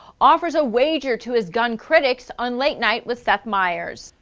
offers a wager to his gun critics on late night with seth meyers.